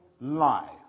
life